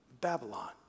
Babylon